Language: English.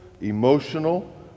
emotional